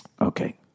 Okay